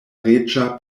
reĝa